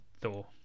Thor